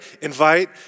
invite